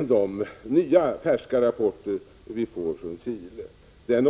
de nya rapporterna från Chile.